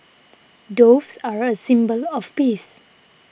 doves are a symbol of peace